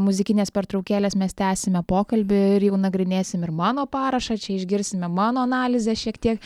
muzikinės pertraukėlės mes tęsime pokalbį ir jau nagrinėsim ir mano parašą čia išgirsime mano analizę šiek tiek